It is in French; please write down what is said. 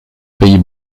pays